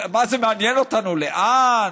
מה, זה מעניין אותנו לאן?